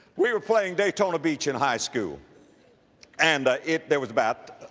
we were playing daytona beach in high school and, ah, it, there was about,